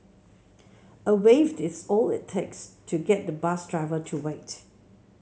a wave is all it takes to get the bus driver to wait